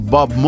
Bob